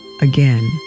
again